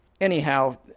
anyhow